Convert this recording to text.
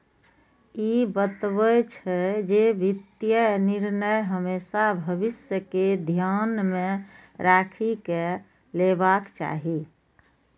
ई बतबै छै, जे वित्तीय निर्णय हमेशा भविष्य कें ध्यान मे राखि कें लेबाक चाही